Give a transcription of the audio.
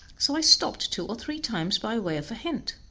so i stopped two or three times by way of a hint.